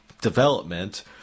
development –